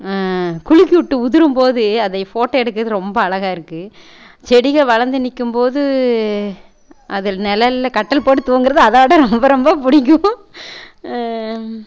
குலுக்கிவிட்டு உதிரும்போது அதை ஃபோட்டோ எடுக்கிறது ரொம்ப அழகாயிருக்கு செடிகள் வளர்ந்து நிற்கும்போது அதில் நிழல்ல கட்டில் போட்டு தூங்குறது அதோடு ரொம்ப ரொம்ப பிடிக்கும்